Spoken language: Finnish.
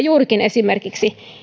juurikin esimerkiksi